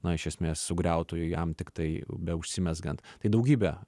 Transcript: na iš esmės sugriautų jam tiktai beužsimezgant tai daugybė